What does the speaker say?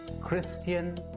Christian